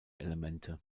elemente